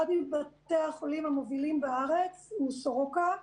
אחד מבתי החולים המובילים בארץ הוא סורוקה,